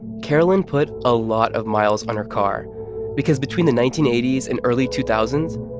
karolyn put a lot of miles on her car because between the nineteen eighty s and early two thousand